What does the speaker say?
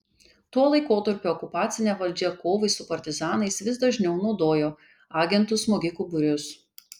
tuo laikotarpiu okupacinė valdžia kovai su partizanais vis dažniau naudojo agentų smogikų būrius